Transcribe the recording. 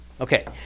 Okay